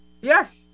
Yes